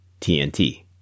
TNT